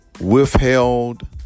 withheld